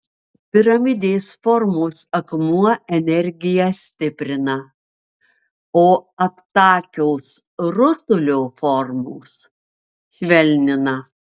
piramidės formos akmuo energiją stiprina o aptakios rutulio formos švelnina